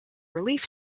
relief